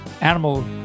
animal